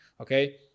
okay